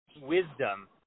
wisdom